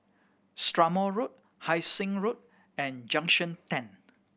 Strathmore Road Hai Sing Road and Junction Ten